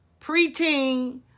preteen